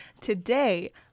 today